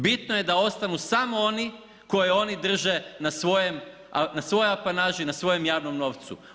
Bitno je da ostanu samo oni koje oni drže na svojoj apanaži na svojem javnom novcu.